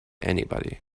anybody